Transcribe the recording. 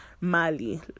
Mali